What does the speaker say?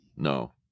No